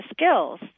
skills